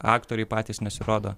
aktoriai patys nesirodo